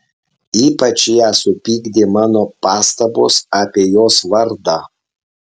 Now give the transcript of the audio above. ypač ją supykdė mano pastabos apie jos vardą